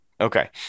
okay